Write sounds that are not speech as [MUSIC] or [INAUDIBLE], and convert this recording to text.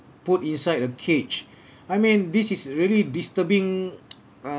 put inside a cage I mean this is really disturbing [NOISE] uh